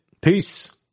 Peace